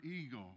ego